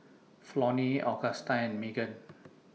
Flonnie Augusta and Maegan